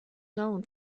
known